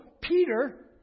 Peter